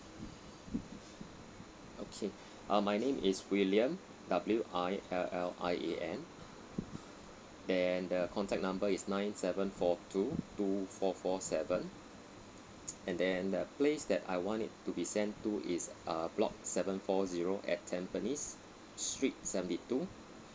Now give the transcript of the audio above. okay uh my name is william W I L L I A M and the contact number is nine seven four two two four four seven and then the place that I want it to be sent to is uh block seven four zero at tampines street seventy two